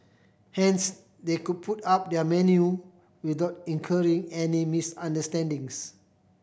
hence they could put up their menu without incurring any misunderstandings